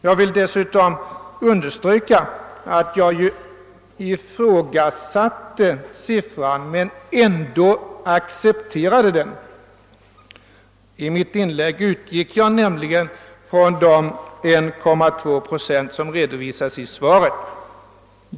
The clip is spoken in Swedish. Jag vill dessutom understryka att jag visserligen ifrågasatte siffrans riktighet men ändå accepterade den. I mitt inlägg utgick jag nämligen från siffran 1,2 procent, som redovisas i svaret.